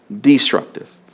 destructive